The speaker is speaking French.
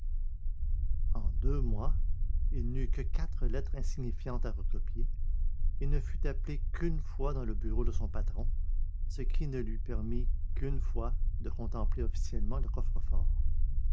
en deux mois il n'eut que quatre lettres insignifiantes à recopier et ne fut appelé qu'une fois dans le bureau de son patron ce qui ne lui permit qu'une fois de contempler officiellement le coffre-fort